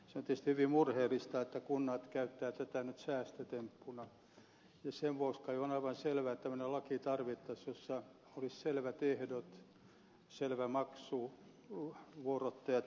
se on tietysti hyvin murheellista että kunnat käyttävät tätä nyt säästötemppuna ja sen vuoksi kai on aivan selvää että tämmöinen laki tarvittaisiin jossa olisi selvät ehdot selvä maksu vuorottajat ja muut